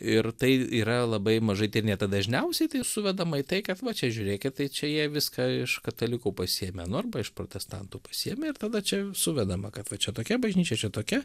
ir tai yra labai mažai tyrinėta dažniausiai tai suvedama į tai kad va čia žiūrėkit tai čia jie viską iš katalikų pasiėmė nu arba iš protestantų pasiėmė ir tada čia suvedama kad va čia tokia bažnyčia čia tokia